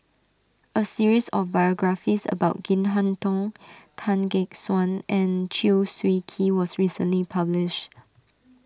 a series of biographies about Chin Harn Tong Tan Gek Suan and Chew Swee Kee was recently published